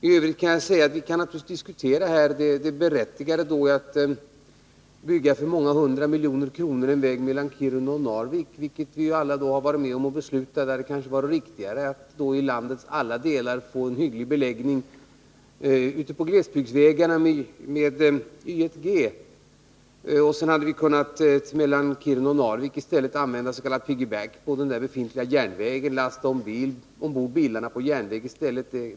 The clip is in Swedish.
Tövrigt kan jag säga att vi naturligtvis kan diskutera det berättigade i att för många hundra miljoner kronor bygga en väg mellan Kiruna och Narvik, vilket vi alla varit med om att besluta. Det hade kanske varit riktigare att i landets alla delar få en hygglig beläggning på glesbygdsvägarna med Y1G. Mellan Kiruna och Narvik hade vii stället kunnat användas.k. piggy back på den befintliga järnvägen, dvs. lasta ombord bilarna på järnväg i stället.